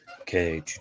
Okay